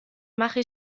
mache